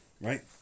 Right